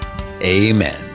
Amen